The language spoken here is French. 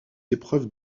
épreuves